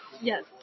Yes